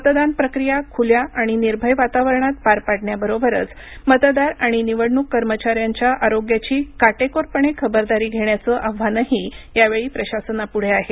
मतदान प्रक्रिया खुल्या आणि निर्भय वातावरणात पार पाडण्याबरोबरच मतदार आणि निवडणूक कर्मचाऱ्यांच्या आरोग्याची काटेकोरपणे खबरदारी घेण्याचं आव्हानही यावेळी प्रशासनापुढे आहे